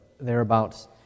thereabouts